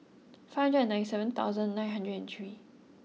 five hundred and ninety seven thousand nine hundred three